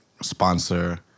sponsor